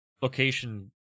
location